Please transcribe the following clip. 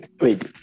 wait